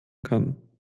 kann